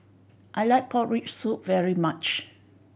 I like pork rib soup very much